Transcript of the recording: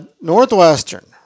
Northwestern